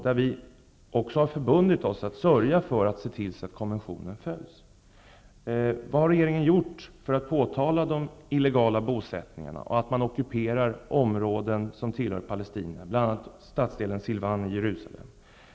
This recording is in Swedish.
Vi har också förbundit oss att sörja för att konventionen följs. Jerusalem?